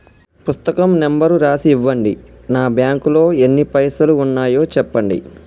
పుస్తకం నెంబరు రాసి ఇవ్వండి? నా బ్యాంకు లో ఎన్ని పైసలు ఉన్నాయో చెప్పండి?